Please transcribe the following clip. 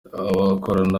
akorana